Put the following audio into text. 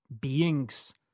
beings